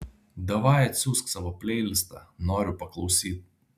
davai atsiųsk savo pleilistą noriu paklausyt